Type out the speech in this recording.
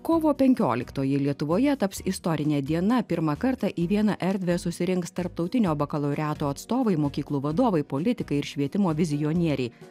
kovo penkioliktoji lietuvoje taps istorine diena pirmą kartą į vieną erdvę susirinks tarptautinio bakalaureato atstovai mokyklų vadovai politikai ir švietimo vizionieriai